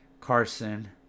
Carson